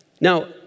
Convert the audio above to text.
Now